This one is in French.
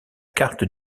carte